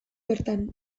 bertan